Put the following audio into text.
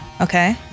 Okay